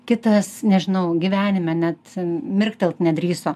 kitas nežinau gyvenime net mirktelt nedrįso